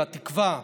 אל התקווה,